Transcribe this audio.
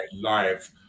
live